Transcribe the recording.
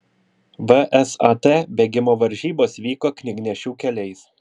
vsat bėgimo varžybos vyko knygnešių keliais